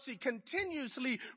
continuously